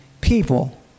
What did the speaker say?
people